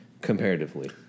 comparatively